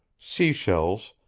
seashells,